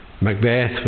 Macbeth